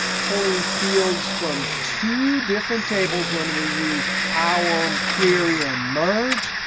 pulling fields from two different tables when we use power query and merge,